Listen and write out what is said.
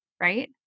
right